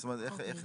זאת אומרת איך נעשה?